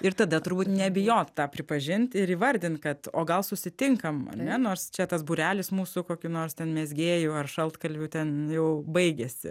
ir tada turbūt nebijot tą pripažint ir įvardint kad o gal susitinkam ane nors čia tas būrelis mūsų kokių nors ten mezgėjų ar šaltkalvių ten jau baigėsi